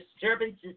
disturbances